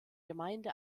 gemeinde